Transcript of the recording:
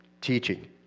teaching